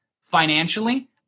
financially